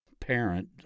parent